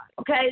okay